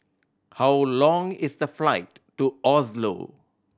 how long is the flight to Oslo